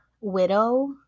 Widow